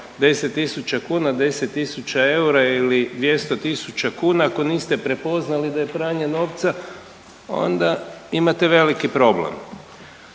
tisuća kuna, 10 tisuća eura ili 200 tisuća kuna ako niste prepoznali da je pranje novca onda imate veliki problem.